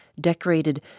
decorated